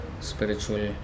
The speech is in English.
spiritual